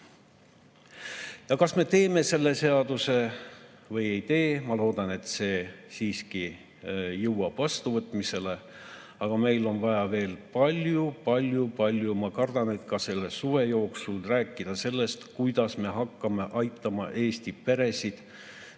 Kas me teeme selle seaduse või ei tee – ma loodan, et see siiski jõuab vastuvõtmiseni –, on meil vaja veel palju-palju-palju, ma kardan, et ka selle suve jooksul rääkida sellest, kuidas me hakkame aitama Eesti peresid